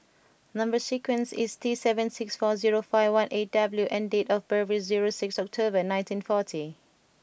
number sequence is T seven six four zero five one eight W and date of birth is zero six October nineteen forty